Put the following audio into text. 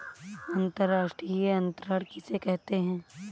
अंतर्राष्ट्रीय अंतरण किसे कहते हैं?